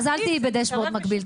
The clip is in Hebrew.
אז אל תהיי בדשבורד מקביל,